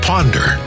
Ponder